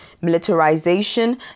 militarization